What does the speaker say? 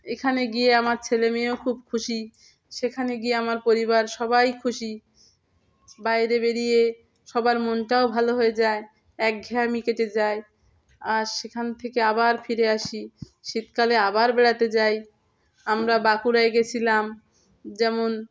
এখানে গিয়ে আমার ছেলেমেয়েও খুব খুশি সেখানে গিয়ে আমার পরিবার সবাই খুশি বাইরে বেরিয়ে সবার মনটাও ভালো হয়ে যায় একঘেয়ামি আমি কেটে যাই আর সেখান থেকে আবার ফিরে আসি শীতকালে আবার বেড়াতে যাই আমরা বাঁকুড়ায় গেছিলাম যেমন